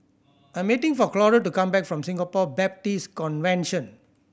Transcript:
I'm waiting for Clora to come back from Singapore Baptist Convention